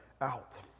out